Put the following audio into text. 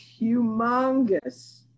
humongous